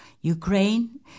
Ukraine